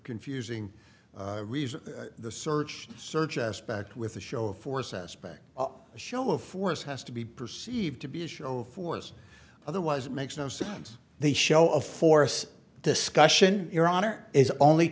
confusing reason the search search aspect with a show of force aspect a show of force has to be perceived to be a show of force otherwise it makes no sense the show of force discussion your honor is only